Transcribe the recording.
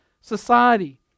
society